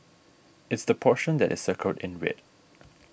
it's the portion that is circled in red